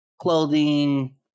clothing